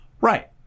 Right